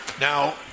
Now –